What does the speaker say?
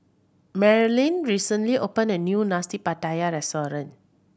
Marilynn recently opened a new Nasi Pattaya